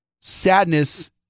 sadness